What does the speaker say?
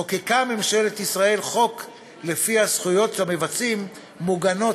חוקקה ממשלת ישראל חוק שלפיו הזכויות של המבצעים מוגנות